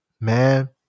Man